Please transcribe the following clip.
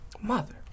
Mother